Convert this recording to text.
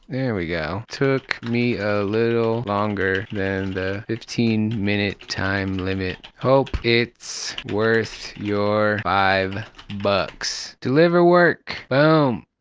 there we go. took me a little longer than the fifteen minute time limit, hope it's worth your five bucks. deliver work. boom.